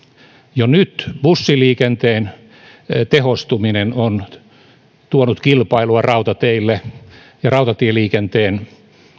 jo nyt bussiliikenteen tehostuminen on tuonut kilpailua rautateille ja rautatieliikenteen